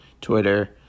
twitter